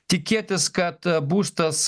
tikėtis kad būstas